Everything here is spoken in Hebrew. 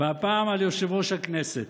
והפעם, על יושב-ראש הכנסת.